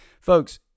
Folks